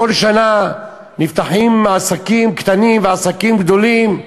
כל שנה נפתחים עסקים קטנים ועסקים גדולים,